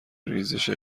ریزش